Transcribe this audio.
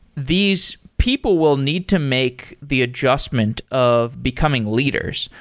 these people will need to make the adjustment of becoming leaders.